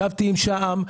ישבתי עם שע"מ,